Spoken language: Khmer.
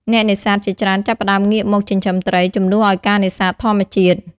អ្នកនេសាទជាច្រើនចាប់ផ្តើមងាកមក ចិញ្ចឹមត្រី ជំនួសឱ្យការនេសាទធម្មជាតិ។